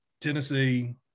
Tennessee